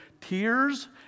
tears